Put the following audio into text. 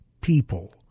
people